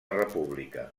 república